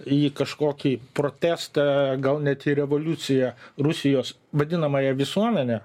į kažkokį protestą gal net į revoliuciją rusijos vadinamąją visuomenę